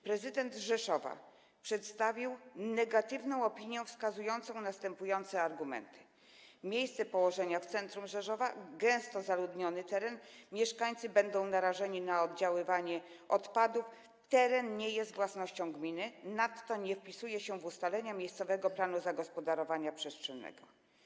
Prezydent Rzeszowa przedstawił negatywną opinię, wskazując następujące argumenty: miejsce położenia w centrum Rzeszowa, gęsto zaludniony teren, narażenie mieszkańców na oddziaływanie odpadów, teren nie stanowi własności gminy, nadto nie wpisuje się w ustalenia miejscowego planu zagospodarowania przestrzennego.